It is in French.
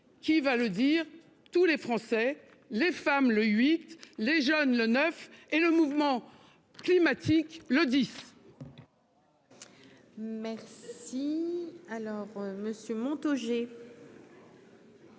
Qui va le dire, tous les Français, les femmes le 8 les jeunes le 9 et le mouvement climatique le 10. Mais. Si. Alors Monsieur Montaugé.